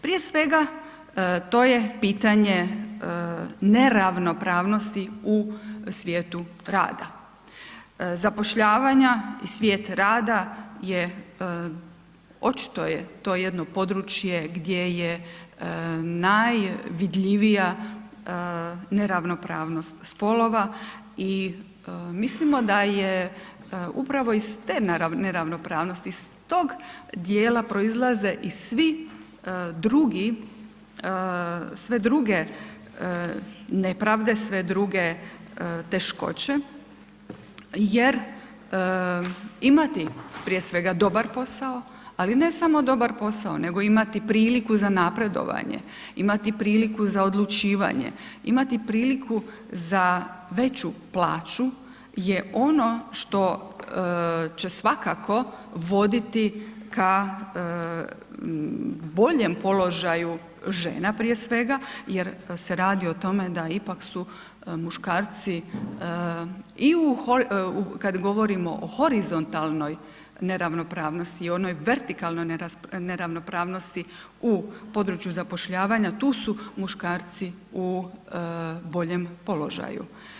Prije svega to je pitanje neravnopravnosti u svijetu rada, zapošljavanja i svijet rada je, očito je to jedno područje gdje je najvidljivija neravnopravnost spolova, i mislimo da je upravo iz te neravnopravnosti, iz tog dijela proizlaze i svi drugi, sve druge nepravde, sve druge teškoće jer imati prije svega dobar posao, ali ne samo dobar posao, nego imati priliku za napredovanje, imati priliku za odlučivanje, imati priliku za veću plaću je ono što će svakako voditi ka boljem položaju žena prije svega, jer se radi o tome da ipak su muškarci i u, kad govorimo o horizontalnoj neravnopravnosti i onoj vertikalnoj neravnopravnosti u području zapošljavanja, tu su muškarci u boljem položaju.